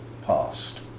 past